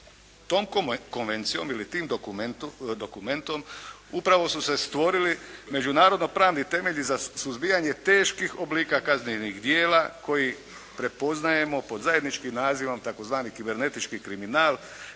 Tom konvencijom ili tim dokumentom upravo su se stvorili međunarodno-pravni temelji za suzbijanje teških oblika kaznenih djela koje prepoznajemo pod zajedničkim nazivom tzv. kibernetički kriminal